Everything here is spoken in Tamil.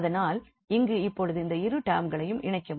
அதனால் இங்கு இப்பொழுது இந்த இரு டெர்ம்களையும் இணைக்கமுடியும்